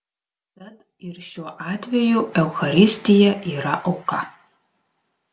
tad ir šiuo atveju eucharistija yra auka